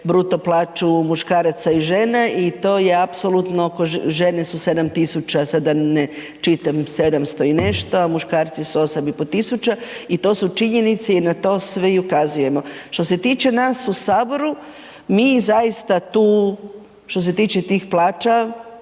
bruto plaću muškaraca i žene i to je apsolutno, žene su 7000 sad da ne čitam 700 i nešto a muškarci su 8500 i to su činjenice i na to svi ukazujemo. Što se tiče nas u Saboru, mi zaista tu što se tiče tih plaća,